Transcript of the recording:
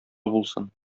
булсын